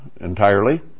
entirely